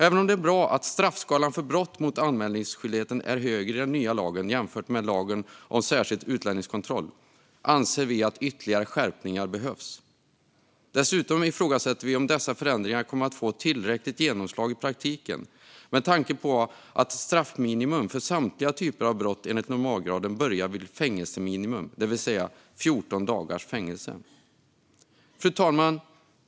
Även om det är bra att straffskalan för brott mot anmälningsskyldigheten är högre i den nya lagen jämfört med i lagen om särskild utlänningskontroll anser vi att ytterligare skärpningar behövs. Dessutom ifrågasätter vi om dessa förändringar kommer att få tillräckligt genomslag i praktiken med tanke på att straffminimum för samtliga typer av brott enligt normalgraden börjar vid fängelseminimum, det vill säga 14 dagars fängelse. Fru talman!